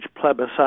plebiscite